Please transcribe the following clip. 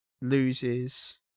loses